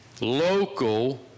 local